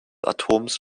atoms